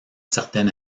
certain